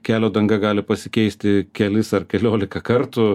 kelio danga gali pasikeisti kelis ar keliolika kartų